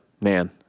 man